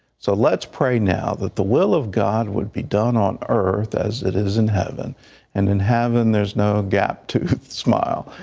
so, let's pray now that the will of god would be done on earth as it is in heaven and in heaven, there's no gap to smile.